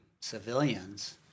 civilians